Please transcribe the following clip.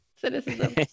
cynicism